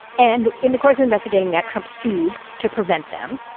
and in the course of investigating that, trump sued to prevent them.